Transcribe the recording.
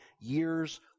years